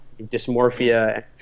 dysmorphia